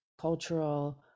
cultural